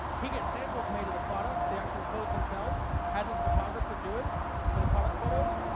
he gets samples made of the products, the actual clothes themselves, has his photographer do it for the product photos,